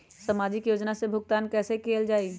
सामाजिक योजना से भुगतान कैसे कयल जाई?